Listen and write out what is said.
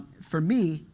for me,